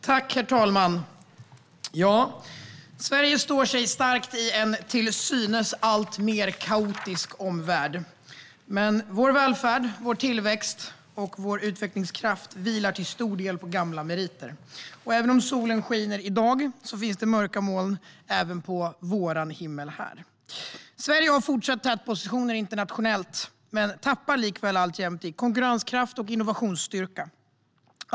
Herr talman! Sverige står sig starkt i en till synes alltmer kaotisk omvärld. Men vår välfärd, tillväxt och utvecklingskraft vilar till stor del på gamla meriter. Även om solen skiner i dag finns det mörka moln också på vår himmel. Sverige har fortsatt tätpositioner internationellt, men tappar likväl alltjämt i konkurrenskraft och innovationsstyrka.